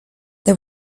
they